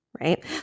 right